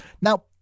Now